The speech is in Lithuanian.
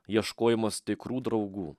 ieškojimas tikrų draugų